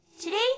Today